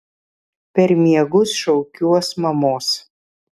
per miegus šaukiuos mamos